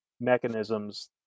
mechanisms